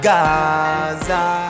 Gaza